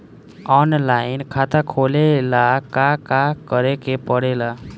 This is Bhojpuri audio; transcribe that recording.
ऑनलाइन खाता खोले ला का का करे के पड़े ला?